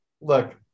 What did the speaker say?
look